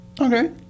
Okay